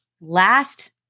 last